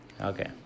Okay